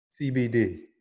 CBD